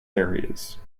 areas